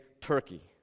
Turkey